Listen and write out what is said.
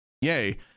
yay